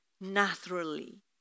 naturally